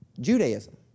Judaism